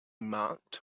marked